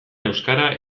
euskara